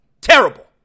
Terrible